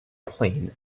plain